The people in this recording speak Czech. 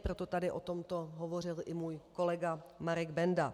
Proto tady o tomto hovořil i můj kolega Marek Benda.